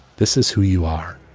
this is who you are.